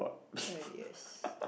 uh yes